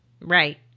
Right